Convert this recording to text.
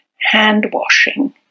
hand-washing